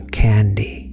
candy